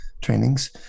trainings